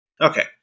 okay